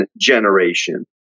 generation